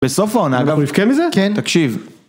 בסוף העונה, אנחנו נבכה מזה? כן. תקשיב.